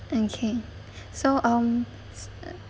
okay so um